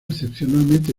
excepcionalmente